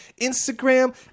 Instagram